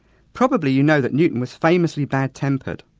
probably you know that newton was famously bad tempered.